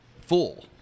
full